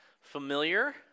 familiar